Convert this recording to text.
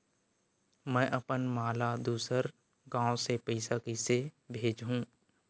में अपन मा ला दुसर गांव से पईसा कइसे भेजहु?